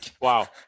Wow